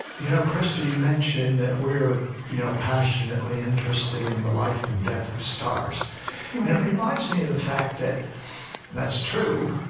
you know krista, you mention that we're you know passionately interested in the life and death of stars. and it reminds me of the fact that it's true,